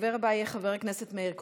הדובר הבא יהיה חבר הכנסת מאיר כהן.